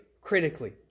critically